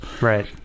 right